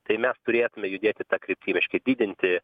tai mes turėtume judėti ta kryptim reiškia didinti